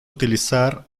utilizar